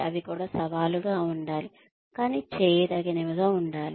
అవి కూడా సవాలుగా ఉండాలి కాని చేయదగినవిగా ఉండాలి